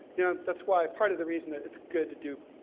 yeah that's why part of the reason that it's good to do,